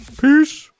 Peace